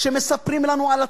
שמספרים לנו על הצמיחה,